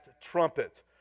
trumpet